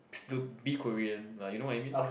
is to be Korean lah you know what I mean